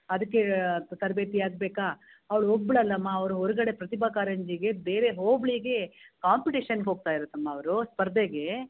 ಅದಕ್ಕೆ ತರಬೇತಿ ಆಗಬೇಕಾ ಅವ್ಳು ಒಬ್ಳು ಅಲಮ್ಮ ಅವ್ರು ಹೊರ್ಗಡೆ ಪ್ರತಿಭಾ ಕಾರಂಜಿಗೆ ಬೇರೆ ಹೋಬಳಿಗೆ ಕಾಂಪಿಟೇಷನ್ಗೆ ಹೋಗ್ತಯಿರದಮ್ಮ ಅವರು ಸ್ಪರ್ಧೆಗೆ